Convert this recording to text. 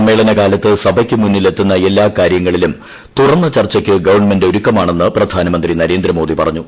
സമ്മേളന കാലത്ത് സഭയ്ക്ക് മുന്നിലെത്തുന്ന എല്ലാ കാര്യങ്ങളിലും തുഎന്ന് ചർച്ചയ്ക്ക് ഗവൺമെന്റ് ഒരുക്കമാണെന്ന് പ്രധാനമന്ത്രി നരേന്ദ്രി മോദി പറഞ്ഞു